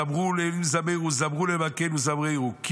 זמרו אלהים זמרו זמרו למלכנו זמרו.